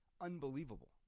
Unbelievable